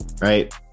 right